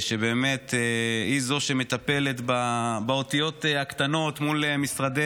שבאמת, היא זו שמטפלת באותיות הקטנות מול משרדי